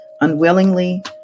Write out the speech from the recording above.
unwillingly